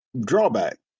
drawback